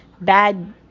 bad